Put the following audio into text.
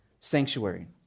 sanctuary